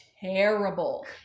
terrible